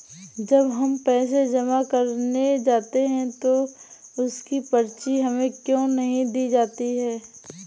जब हम पैसे जमा करने जाते हैं तो उसकी पर्ची हमें क्यो नहीं दी जाती है?